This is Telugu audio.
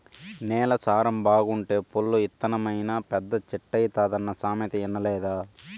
నేల సారం బాగుంటే పొల్లు ఇత్తనమైనా పెద్ద చెట్టైతాదన్న సామెత ఇనలేదా